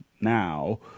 now